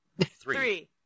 three